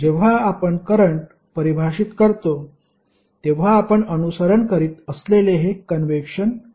जेव्हा आपण करंट परिभाषित करतो तेव्हा आपण अनुसरण करीत असलेले हे कन्वेक्शन आहे